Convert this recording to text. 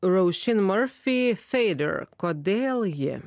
kodėl ji